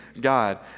God